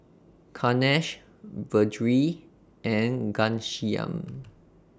Kanshi Vedre and Ghanshyam